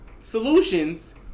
solutions